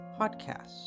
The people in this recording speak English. podcast